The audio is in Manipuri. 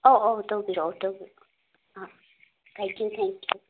ꯑꯣ ꯑꯣ ꯇꯧꯕꯤꯔꯛꯑꯣ ꯇꯧꯕꯤꯔꯛꯑꯣ ꯑꯥ ꯊꯦꯡꯛ ꯌꯨ ꯊꯦꯡꯛ ꯌꯨ